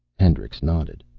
hendricks nodded.